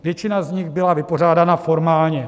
Většina z nich byla vypořádána formálně.